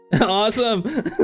Awesome